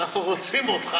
אנחנו רוצים אותך.